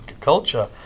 culture